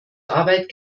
arbeit